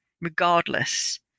regardless